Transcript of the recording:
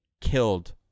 killed